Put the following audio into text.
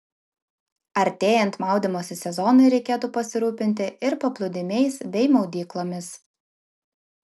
artėjant maudymosi sezonui reikėtų pasirūpinti ir paplūdimiais bei maudyklomis